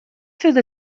through